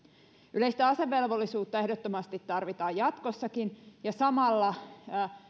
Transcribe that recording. yleistä asevelvollisuutta ehdottomasti tarvitaan jatkossakin ja samalla